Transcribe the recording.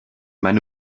meine